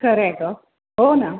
खरं आहे गं हो ना